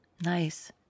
Nice